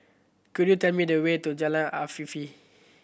could you tell me the way to Jalan Afifi